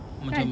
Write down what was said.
kan